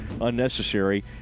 unnecessary